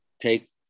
take